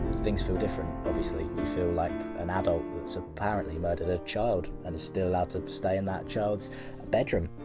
things feel different, obviously. you feel like an adult, that's apparently murdered a child, and is still allowed to to stay in that child's bedroom.